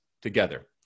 together